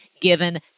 given